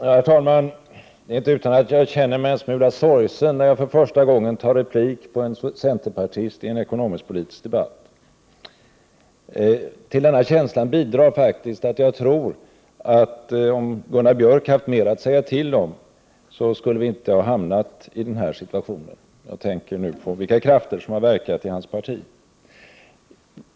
Herr talman! Det är inte utan att jag känner mig en smula sorgsen när jag för första gången tar replik på en centerpartist i en ekonomisk-politisk debatt. Till denna känsla bidrar faktiskt att jag tror, att om Gunnar Björk hade haft mer att säga till om så skulle vi inte ha hamnat i den här situationen. Jag tänker nu på vilka krafter som har verkat i hans parti.